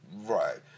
Right